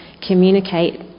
communicate